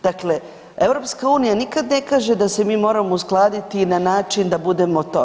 Dakle, EU nikad ne kaže da se mi moramo uskladiti na način da budemo to.